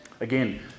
Again